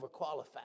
overqualified